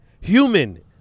Human